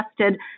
tested